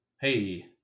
Hey